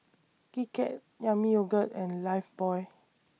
Kit Kat Yami Yogurt and Lifebuoy